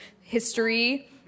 history